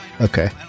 okay